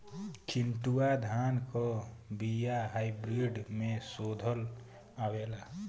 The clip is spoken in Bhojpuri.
चिन्टूवा धान क बिया हाइब्रिड में शोधल आवेला?